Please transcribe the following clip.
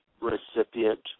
recipient